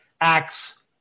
acts